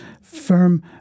firm